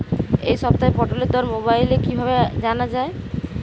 এই সপ্তাহের পটলের দর মোবাইলে কিভাবে জানা যায়?